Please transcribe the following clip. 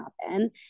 happen